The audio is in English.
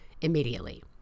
immediately